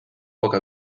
poca